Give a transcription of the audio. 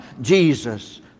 Jesus